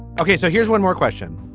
ok, so here's one more question.